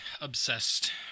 Obsessed